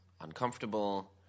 uncomfortable